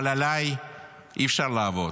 אבל עליי אי-אפשר לעבוד.